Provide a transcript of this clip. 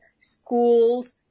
schools